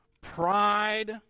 pride